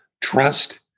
trust